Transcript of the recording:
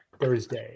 Thursday